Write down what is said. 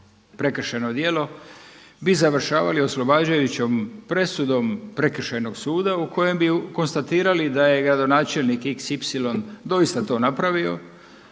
prekršajno djelo bi završavali oslobađajućom presudom prekršajnog suda u kojem bi konstatirali da je gradonačelnik xy doista to napravio,